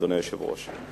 אדוני היושב-ראש.